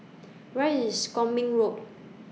Where IS Kwong Min Road